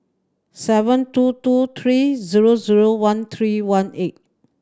seven two two three zero zero one three one eight